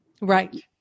Right